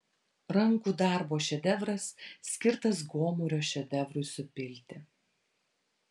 rankų darbo šedevras skirtas gomurio šedevrui supilti